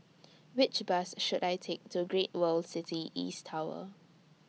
Which Bus should I Take to Great World City East Tower